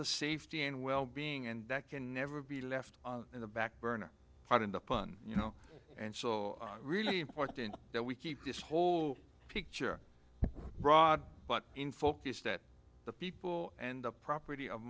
the safety and well being and that can never be left in the back burner pardon the pun you know and really important that we keep this whole picture but in focus that the people and the property of